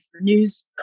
news